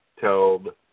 told